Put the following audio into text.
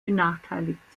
benachteiligt